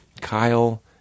Kyle